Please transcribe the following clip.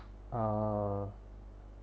uh